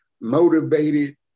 motivated